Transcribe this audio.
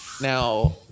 now